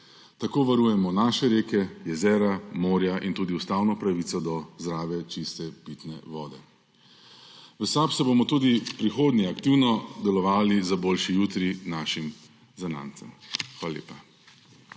Tako varujemo naše reke, jezera, morja in tudi ustavno pravico do zdrave, čiste pitne vode. V SAB bomo tudi v prihodnje aktivno delovali za boljši jutri našim zanamcem. Hvala lepa.